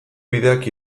bideak